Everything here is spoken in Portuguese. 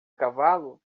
cavalo